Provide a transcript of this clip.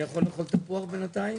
אני יכול לאכול תפוח בינתיים?